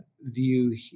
view